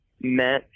met